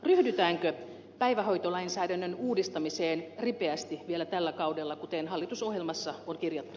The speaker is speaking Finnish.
ryhdytäänkö päivähoitolainsäädännön uudistamiseen ripeästi vielä tällä kaudella kuten hallitusohjelmassa on kirjattu